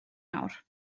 nawr